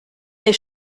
mes